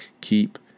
keep